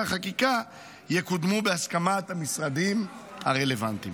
החקיקה יקודמו בהסכמת המשרדים הרלוונטיים.